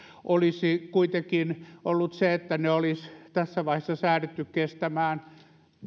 olisi kuitenkin ollut se että ne olisi tässä vaiheessa säädetty kestämään